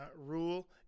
Rule